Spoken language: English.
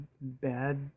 bad